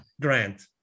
grant